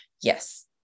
yes